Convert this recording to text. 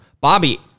Bobby